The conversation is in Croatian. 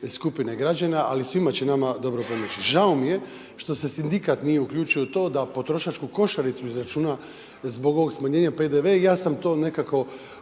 skupine građana ali svima će nama dobro pomoći. Žao mi je što se sindikat nije uključio u to da potrošačku košaricu izračuna zbog ovog smanjenja PDV i ja sam to nekako